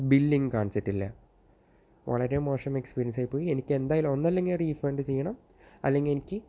billing കാണിച്ചിട്ടില്ല വളരെ മോശം എക്സ്പീരിയൻസായിപ്പോയി എനിക്കെന്തായാലും ഒന്നല്ലെങ്കിൽ റീഫണ്ട് ചെയ്യണം അല്ലെങ്കിൽ എനിക്ക്